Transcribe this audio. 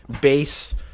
base